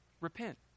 Repent